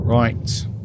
right